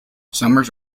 summers